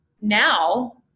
now